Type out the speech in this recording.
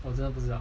我真的不知道